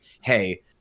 hey